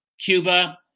cuba